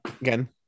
Again